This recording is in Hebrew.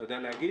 אתה יכול להגיד?